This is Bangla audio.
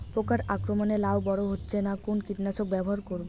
পোকার আক্রমণ এ লাউ বড় হচ্ছে না কোন কীটনাশক ব্যবহার করব?